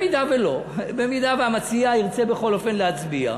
אם לא, אם המציע ירצה בכל אופן להצביע,